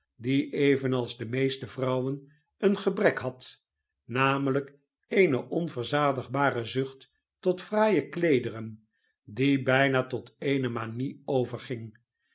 die evenals de meeste vrouwen een gebrek had namelijk eene onverzadigbare zucht tot fraaie kleederen die bijna tot eene manie